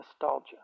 nostalgia